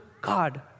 God